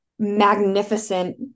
magnificent